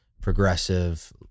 progressive